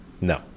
no